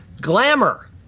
glamour